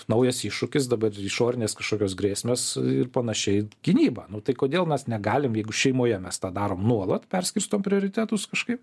naujas iššūkis dabar išorinės kažkokios grėsmės ir panašiai gynyba nu tai kodėl mes negalim jeigu šeimoje mes tą darom nuolat perskirstom prioritetus kažkaip